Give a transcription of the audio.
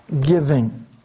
giving